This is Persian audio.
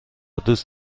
دوست